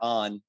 on